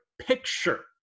picture